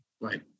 right